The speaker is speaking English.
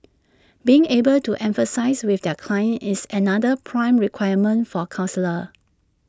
being able to empathise with their clients is another prime requirement for counsellors